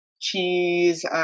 cheese